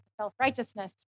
self-righteousness